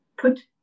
put